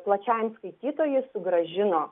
plačiajam skaitytojui sugrąžino